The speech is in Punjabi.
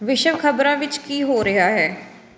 ਵਿਸ਼ਵ ਖਬਰਾਂ ਵਿੱਚ ਕੀ ਹੋ ਰਿਹਾ ਹੈ